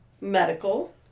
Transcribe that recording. medical